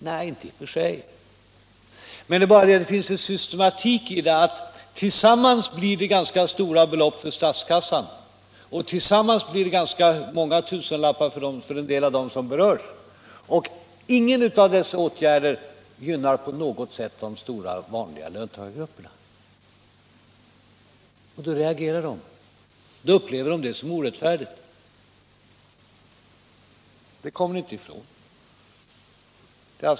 Nej, inte i och för sig, men det finns en systematik i detta: tillsammans blir det ganska stora belopp för statskassan och tillsammans blir det ganska många tusenlappar för en del av dem som berörs. Och inga av dessa åtgärder gynnar på något sätt den stora gruppen av vanliga löntagare. Då reagerar de, därför att de upplever det som orättfärdigt. Det kommer ni inte ifrån.